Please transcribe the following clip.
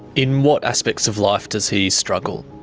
in what aspects of life does he struggle?